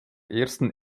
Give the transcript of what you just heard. ersten